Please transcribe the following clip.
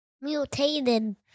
Mutated